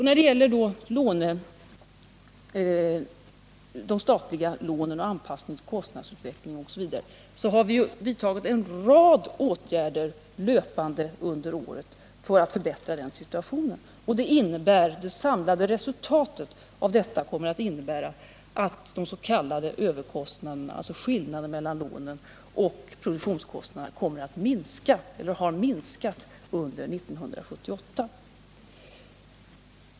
När det sedan gäller de statliga lånen, anpassningen till kostnadsutvecklingen osv. har vi löpande under året vidtagit en rad åtgärder för att förbättra denna situation. Det samlade resultatet av detta har inneburit att de s.k. överkostnaderna, dvs. skillnaden mellan lånen och produktionskostnaderna, har minskat under 1978.